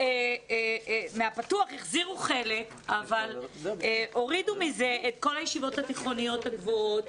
מהפתח החזירו חלק אבל הורידו מזה את כל הישיבות הציוניות הגבוהות